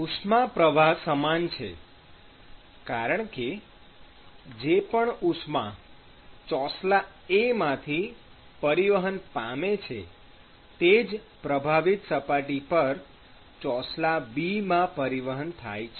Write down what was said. ઉષ્મા પ્રવાહ સમાન છે કારણ કે જે પણ ઉષ્મા ચોસલા A માંથી પરિવહન પામે છે તે જ પ્રભાવિત સપાટી પર ચોસલા B માં પરિવહન થાય છે